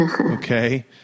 Okay